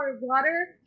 water